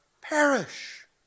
perish